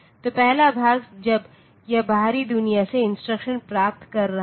तो पहला भाग जब यह बाहरी दुनिया से इंस्ट्रक्शन प्राप्त कर रहा है